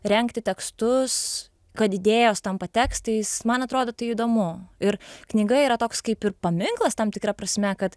rengti tekstus kad idėjos tampa tekstais man atrodo tai įdomu ir knyga yra toks kaip ir paminklas tam tikra prasme kad